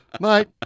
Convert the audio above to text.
mate